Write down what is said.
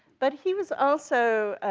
but he was also